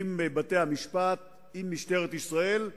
עם בתי-המשפט, עם משטרת ישראל,